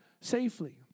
safely